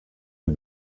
den